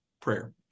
prayer